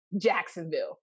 Jacksonville